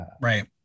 right